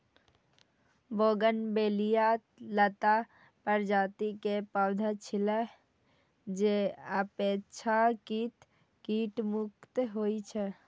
bougainvillea लता प्रजाति के पौधा छियै, जे अपेक्षाकृत कीट मुक्त होइ छै